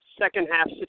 second-half